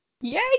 Yay